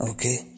Okay